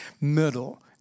middle